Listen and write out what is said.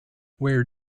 where